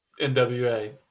NWA